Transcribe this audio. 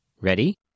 Ready